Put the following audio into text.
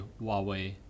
Huawei